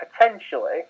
potentially